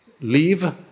leave